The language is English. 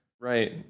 Right